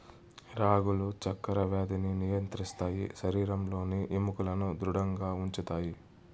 రాగులు చక్కర వ్యాధిని నియంత్రిస్తాయి శరీరంలోని ఎముకలను ధృడంగా ఉంచుతాయి